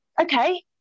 okay